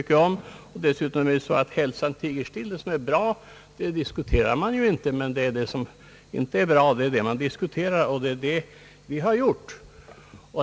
Dessutom är det som bekant så att hälsan tiger still — det som är bra diskuterar man inte, men det som inte är bra diskuterar man. Det är vad vi har gjort.